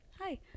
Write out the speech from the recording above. Hi